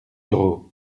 gros